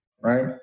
right